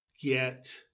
get